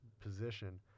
position